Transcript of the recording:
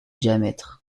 diamètre